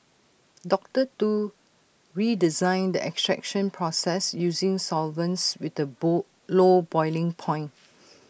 doctor Tu redesigned the extraction process using solvents with the bowl low boiling point